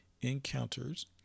encounters